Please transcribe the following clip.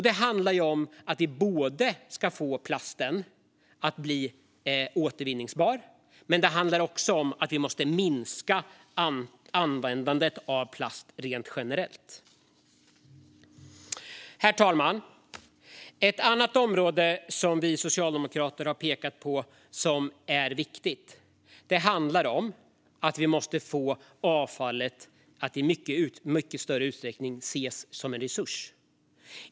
Det handlar om att vi ska få plasten att bli återvinnbar, men det handlar också om att vi måste minska användandet av plast generellt. Herr talman! Ett annat viktigt område som Socialdemokraterna har pekat på är att vi måste få avfallet att i mycket större utsträckning ses som en resurs.